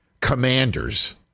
commanders